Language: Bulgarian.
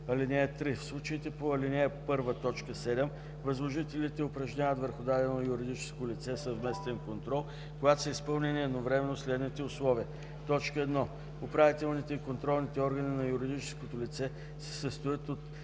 (3) В случаите по ал. 1, т. 7 възложителите упражняват върху дадено юридическо лице съвместен контрол, когато са изпълнени едновременно следните условия: 1. управителните и контролните органи на юридическото лице се състоят от